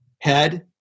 head